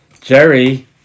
Jerry